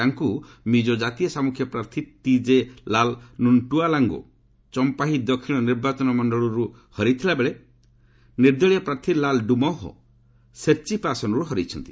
ତାଙ୍କୁ ମିଜୋ ଜାତୀୟ ସାମୁଖ୍ୟ ପ୍ରାର୍ଥୀ ଟିଜେ ଲାଲ୍ ନୁନ୍ଟୁଲୁଆଙ୍ଗା ଚମ୍ପାହି ଦକ୍ଷିଣ ନିର୍ବାଚନ ମଣ୍ଡଳୀରୁ ହରାଇଥିବା ବେଳେ ନିର୍ଦ୍ଦଳୀୟ ପ୍ରାର୍ଥୀ ଲାଲ୍ ଡୁହୋମା ସେର୍ଚ୍ଚିପ୍ ଆସନରୁ ହରାଇଛନ୍ତି